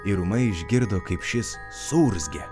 ir ūmai išgirdo kaip šis suurzgė